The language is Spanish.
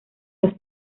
los